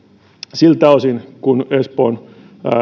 siltä osin kuin tätä espoon